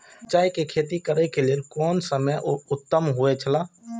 मिरचाई के खेती करे के लेल कोन समय उत्तम हुए छला?